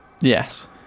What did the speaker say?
yes